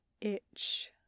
itch